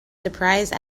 surprised